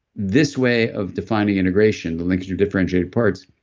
this way of defining integration, the linkage of differentiated parts,